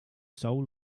soul